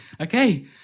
okay